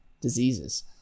diseases